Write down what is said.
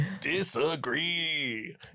Disagree